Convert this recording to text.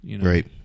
Right